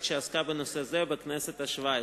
הפרלמנטרית שעסקה בנושא זה בכנסת השבע-עשרה.